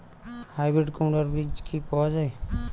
Hybrid কুমড়ার বীজ কি পাওয়া য়ায়?